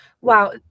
wow